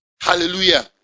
Hallelujah